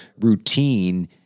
routine